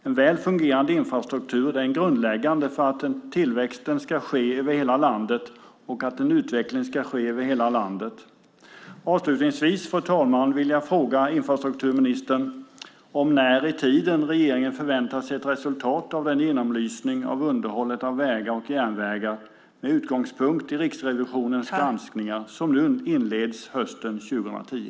En väl fungerande infrastruktur är grundläggande för att en tillväxt och utveckling ska ske över hela landet. Avslutningsvis, fru talman, vill jag fråga infrastrukturministern om när i tiden regeringen förväntar sig ett resultat av den genomlysning av underhållet av vägar och järnvägar med utgångspunkt i Riksrevisionens granskningar som nu inleds hösten 2010.